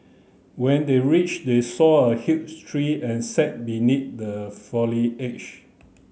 when they reached they saw a huge tree and sat beneath the foliage